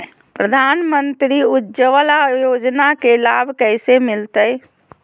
प्रधानमंत्री उज्वला योजना के लाभ कैसे मैलतैय?